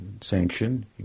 Sanction